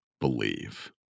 believe